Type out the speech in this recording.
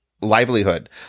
livelihood